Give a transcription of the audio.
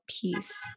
peace